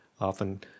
often